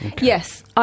Yes